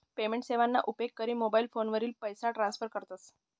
payment सेवाना उपेग करी मोबाईल फोनवरी पैसा ट्रान्स्फर करतस